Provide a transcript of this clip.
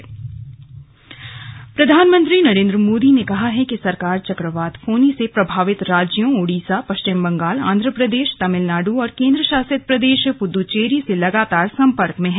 slug PM on Fani प्रधानमंत्री नरेन्द्र मोदी ने कहा है कि सरकार चक्रवात फोनी से प्रभावित राज्यों ओडिसा पश्चिम बंगाल आंध्र प्रदेश तमिलनाडु और केन्द्र शासित प्रदेश पुद्दचेरी से लगातार सम्पर्क में है